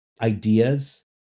ideas